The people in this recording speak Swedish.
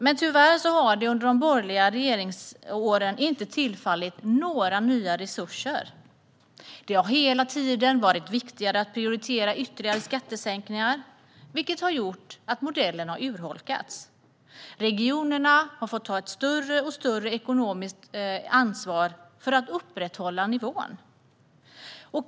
Men tyvärr har man under den borgerliga regeringsperioden inte tillfört några nya resurser. Det har hela tiden varit viktigare att prioritera ytterligare skattesänkningar, vilket har gjort att modellen har urholkats. Regionerna har fått ta ett allt större ekonomiskt ansvar för att upprätthålla nivån.